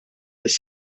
bis